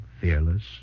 fearless